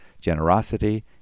generosity